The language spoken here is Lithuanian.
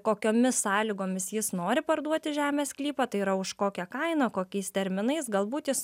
kokiomis sąlygomis jis nori parduoti žemės sklypą tai yra už kokią kainą kokiais terminais galbūt jis